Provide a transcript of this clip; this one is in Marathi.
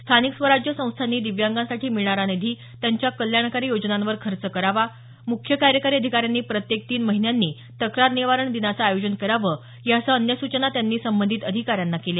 स्थानिक स्वराज्य संस्थांनी दिव्यांगासाठी मिळणारा निधी त्यांच्या कल्याणकारी योजनांवर खर्च करावा मुख्य कार्यकारी अधिकाऱ्यांनी प्रत्येक तीन महिन्यांनी तक्रार निवारण दिनाचं आयोजन करावं यासह अन्य सूचना त्यांनी यावेळी संबंधित अधिकाऱ्यांना केल्या